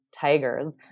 tigers